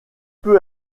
peu